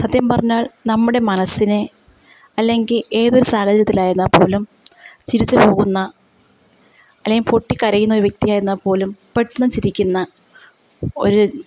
സത്യം പറഞ്ഞാൽ നമ്മുടെ മനസ്സിനെ അല്ലെങ്കിൽ ഏതൊരു സാഹചര്യത്തിലായിരുന്നാൽ പോലും ചിരിച്ചു പോകുന്ന അല്ലെങ്കിൽ പൊട്ടി കരയുന്നൊരു വ്യക്തിയായിരുന്നാൽ പോലും പെട്ടെന്നു ചിരിക്കുന്ന ഒരു